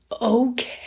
okay